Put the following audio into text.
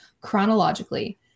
chronologically